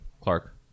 Clark